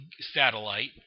satellite